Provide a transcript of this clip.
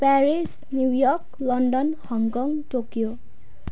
Paris New York London Hong Kong Tokyo